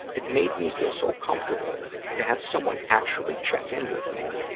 it made me feel so comfortable to have someone actually check in with me.